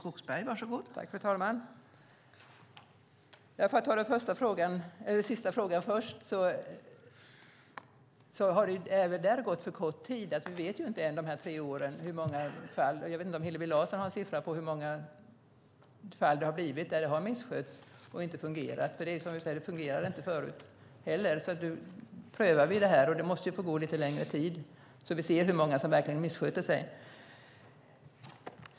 Fru talman! För att ta den sista frågan först: Det har gått för kort tid med tanke på de tre åren. Vi vet inte än. Jag vet inte om Hillevi Larsson har någon siffra på hur många fall det har blivit där det har misskötts och inte fungerat. Det fungerade ju inte heller förut. Nu prövar vi detta, men det måste få gå lite längre tid, så att vi ser hur många som verkligen missköter sig.